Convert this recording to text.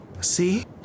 See